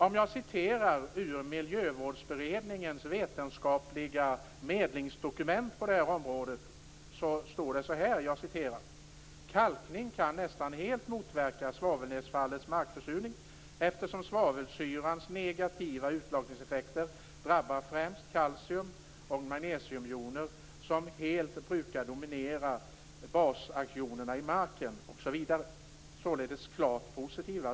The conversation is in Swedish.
Jag vill citera ur Miljövårdsberedningens vetenskapliga medlingsdokument: "Kalkning kan nästan helt motverka svavelnedfallets markförsurning, eftersom svavelsyrans negativa urlakningseffekter drabbar främst kalcium och magnesiumjoner, som helt brukar dominera baskatjonerna i marken." Således är man helt klart positiv.